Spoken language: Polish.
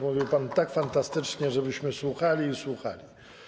Mówił pan tak fantastycznie, że byśmy słuchali i słuchali.